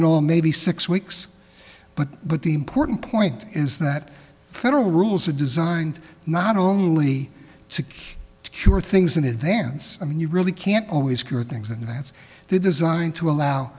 in all maybe six weeks but but the important point is that federal rules are designed not only to cure things in advance i mean you really can't always cure things and that's the design to